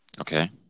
Okay